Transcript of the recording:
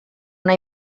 una